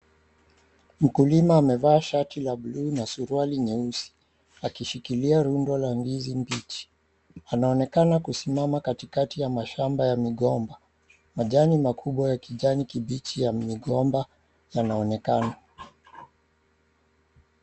Mkulima amevaa shati la buluu na suruali nyeusi akishikilia rundo la ndizi mbichi. Anaonekana kusimama katikati ya mashamba ya migomba. Majani makubwa ya kijani kibichi ya migomba yanaoekana.